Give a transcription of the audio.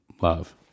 love